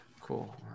Cool